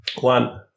one